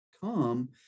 come